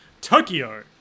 Tokyo